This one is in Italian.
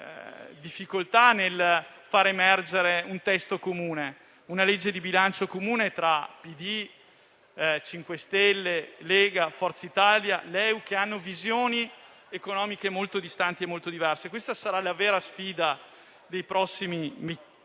difficoltà nel far emergere un testo e una legge di bilancio comune tra PD, MoVimento 5 Stelle, Lega, Forza Italia e LEU, che hanno visioni economiche molto distanti e profondamente diverse. Questa sarà la vera sfida dei prossimi